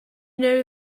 know